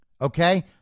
okay